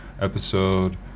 episode